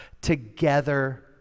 together